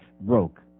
broke